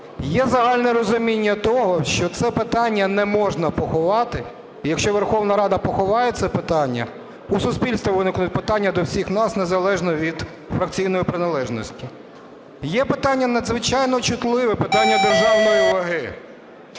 Є загальне розуміння того, що це питання не можна поховати. Якщо Верховна Рада поховає це питання, у суспільства виникнуть питання до всіх нас незалежно від фракційної приналежності. Є питання надзвичайно чутливе – питання державної ваги.